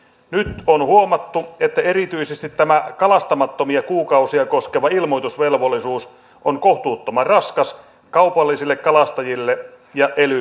nyt on huomattu että erityisesti tämä kalastamattomia kuukausia koskeva ilmoitusvelvollisuus on kohtuuttoman raskas kaupallisille kalastajille ja ely keskuksille